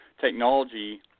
technology